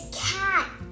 cat